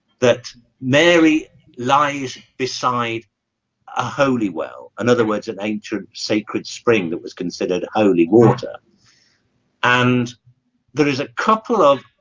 that mary lies beside a holy well in other words an ancient sacred spring that was considered holy water and there is a couple of